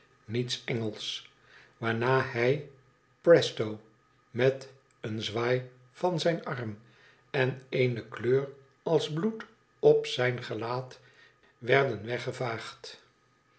niets engelsch waarna zij presto met een zwaai van zijn arm en eene kleur als bloed op zijn gelaat werden